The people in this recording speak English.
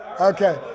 Okay